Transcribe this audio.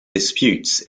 disputes